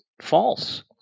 false